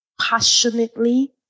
passionately